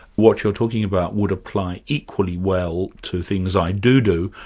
what you're talking about would apply equally well to things i do do,